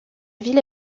ville